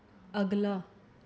अगला